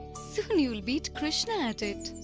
soon you'll beat krishna at it!